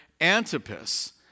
Antipas